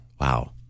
Wow